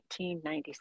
1997